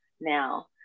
now